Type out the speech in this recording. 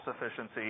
sufficiency